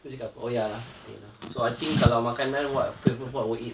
apa aku cakap oh ya okay lah so I think kalau makanan what favourite food I will eat